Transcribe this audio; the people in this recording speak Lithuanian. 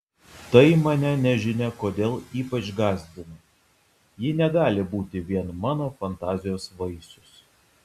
tai mane nežinia kodėl ypač gąsdino ji negali būti vien mano fantazijos vaisius